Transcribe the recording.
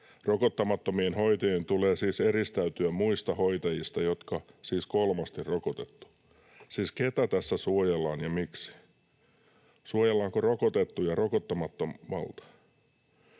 Rokottamattomien hoitajien tulee siis eristäytyä muista hoitajista, jotka siis kolmasti rokotettu. Siis ketä tässä suojellaan ja miksi? Suojellaanko rokotettuja rokottamattomalta?